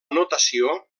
notació